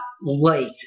late